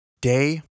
Day